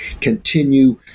Continue